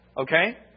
Okay